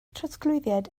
trosglwyddiad